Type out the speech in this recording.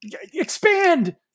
expand